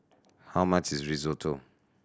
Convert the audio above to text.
how much is Risotto